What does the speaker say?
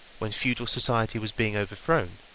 when feudal society was being overthrown,